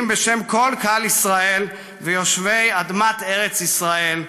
בשם כל קהל ישראל ויושבי אדמת ישראל".